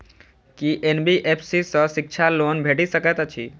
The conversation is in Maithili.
की एन.बी.एफ.सी सँ शिक्षा लोन भेटि सकैत अछि?